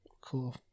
Cool